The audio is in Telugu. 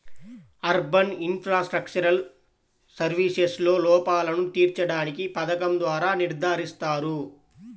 అర్బన్ ఇన్ఫ్రాస్ట్రక్చరల్ సర్వీసెస్లో లోపాలను తీర్చడానికి పథకం ద్వారా నిర్ధారిస్తారు